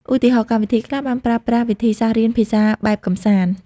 ឧទាហរណ៍ កម្មវិធីខ្លះបានប្រើប្រាស់វិធីសាស្ត្ររៀនភាសាបែបកម្សាន្ត។